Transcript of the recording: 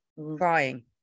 crying